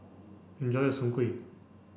enjoy your Soon Kuih